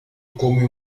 come